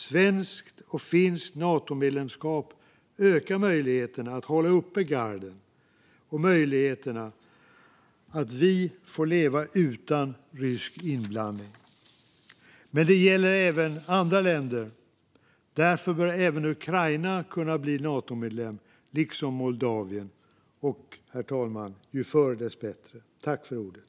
Svenskt och finskt Natomedlemskap ökar möjligheterna att hålla uppe garden och möjligheterna att vi får leva utan rysk inblandning. Detta gäller även andra länder. Därför bör även Ukraina kunna bli Natomedlem liksom Moldavien - ju förr desto bättre, herr talman.